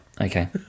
Okay